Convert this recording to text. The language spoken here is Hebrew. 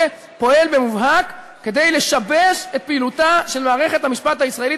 פועל במובהק כדי לשבש את פעילותה של מערכת המשפט הישראלית,